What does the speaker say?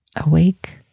awake